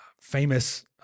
famous